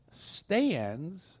stands